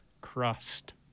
crust